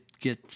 get